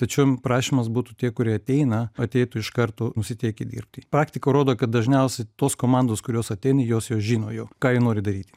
tačiau prašymas būtų tie kurie ateina ateitų iš karto nusiteikę dirbti praktika rodo kad dažniausiai tos komandos kurios ateina jos jau žino jau ką jie nori daryti